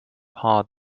hard